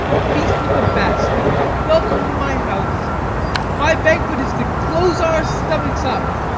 feast with the best, and welcome to my house my banquet is to close our stomachs up,